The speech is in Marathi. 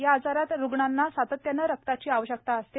या आजारात रूग्णांना सातत्यानं रक्ताची आवश्यकता सते